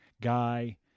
guy